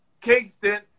Kingston